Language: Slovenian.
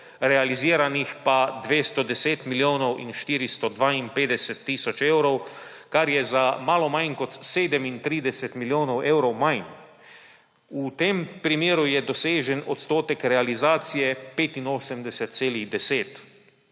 realiziranih pa 210 milijonov in 452 tisoč evrov, kar je za malo manj kot 37 milijonov evrov manj. V tem primeru je dosežen odstotek realizacije 85,10.